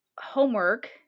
homework